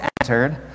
entered